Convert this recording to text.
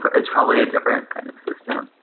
it's probably a different kind of system.